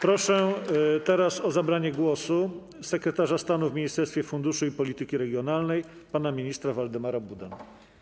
Proszę teraz o zabranie głosu sekretarza stanu w Ministerstwie Funduszy i Polityki Regionalnej pana ministra Waldemara Budę.